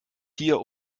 hier